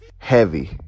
heavy